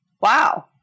Wow